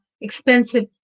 expensive